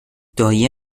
دایی